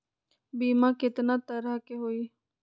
बीमा केतना तरह के होइ?